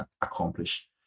accomplish